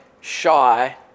shy